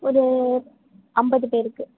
ஒரு ஐம்பது பேருக்கு